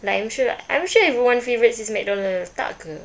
like I'm sure I'm sure everyone favourites is McDonald tak ke